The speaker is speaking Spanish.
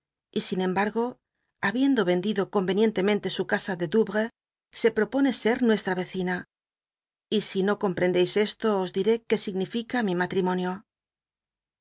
y sin embargo habiendo endido comenicntcmentc su ea a de douhcs se propone ser nuestra vecina y si no comprendéis esto os diré que ignifica mi matrimonio